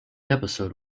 episode